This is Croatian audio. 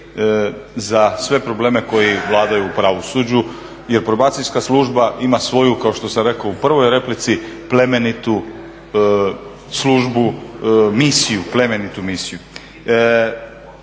za sve probleme koji vladaju u pravosuđu jer Probacijska služba ima svoju kao što sam rekao u prvoj replici plemenitu službu, misiju, plemenitu misiju.